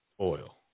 oil